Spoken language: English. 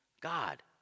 god